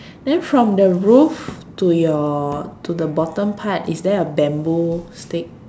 then from the roof to your to the bottom part is there a bamboo stick